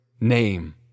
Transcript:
name